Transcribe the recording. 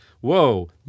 whoa